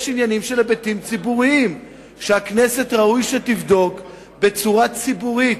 יש היבטים ציבוריים שראוי שהכנסת תבדוק בצורה ציבורית.